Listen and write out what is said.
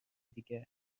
دیگه